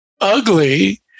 ugly